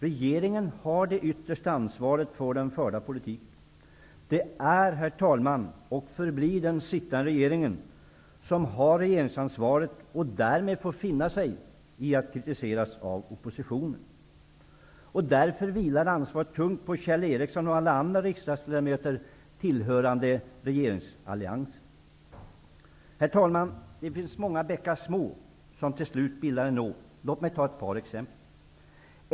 Regeringen har det yttersta ansvaret för den förda politiken. Det är, herr talman, och förblir den sittande regeringen som har regeringsansvaret. Den får därmed finna sig i att kritiseras av oppositionen. Ansvaret vilar tungt på Kjell Ericsson och alla andra riksdagsledamöter tillhörande regeringsalliansen. Herr talman! Det finns många bäckar små som till slut bildar en å. Låt mig ta ett par exempel.